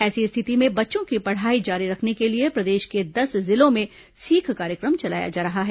ऐसी स्थिति में बच्चों की पढ़ाई जारी रखने के लिए प्रदेश को दस जिलों में सीख कार्यक्रम चलाया जा रहा है